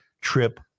trip